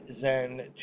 Zen